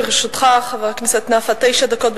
לרשותך, חבר הכנסת נפאע, תשע דקות.